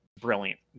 brilliant